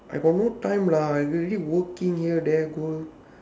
I got no time lah I already working here there go